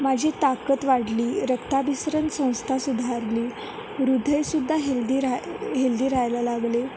माझी ताकद वाढली रक्ताभिसरण संस्था सुधारली हृदय सुद्धा हेल्दी ऱ्हा हेल्दी रहायला लागले